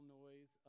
noise